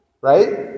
right